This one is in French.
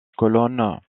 colonnes